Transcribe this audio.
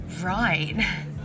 right